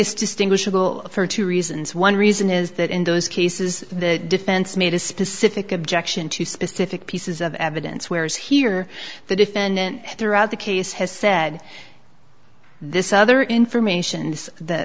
is distinguishable for two reasons one reason is that in those cases the defense made a specific objection to specific pieces of evidence whereas here the defendant throughout the case has said this other information th